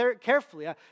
carefully